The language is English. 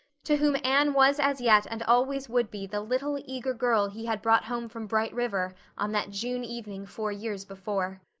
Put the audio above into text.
to whom anne was as yet and always would be the little, eager girl he had brought home from bright river on that june evening four years before.